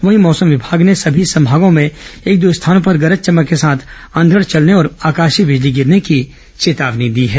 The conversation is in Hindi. वहीं मौसम विमाग ने सभी संभागों में एक दो स्थानों पर गरज चमक के साथ अंघड़ चलने और आकाशीय बिजली गिरने की भी चेतावनी दी है